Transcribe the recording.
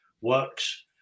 works